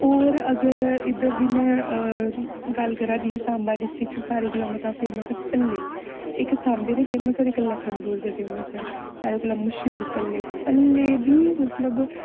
और अगर में गल्ल करां जियां साम्बा डिस्ट्रिक्ट सारें कोला मता फेमस ऐ भल्ले इक साम्बे दे फेमस ना इक लखनपुर दे फेमस न सारें कोला मश्हूर भल्ले भल्ले बी मतलब